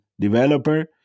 developer